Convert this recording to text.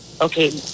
Okay